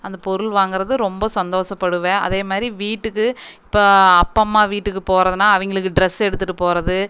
அந்த பொருள் வாங்குறது ரொம்ப சந்தோஷப்படுவேன் அதே மாதிரி வீட்டுக்கு இப்போ அப்பா அம்மா வீட்டுக்கு போகிறதுனா அவங்களுக்கு ட்ரெஸ் எடுத்துட்டு போகிறது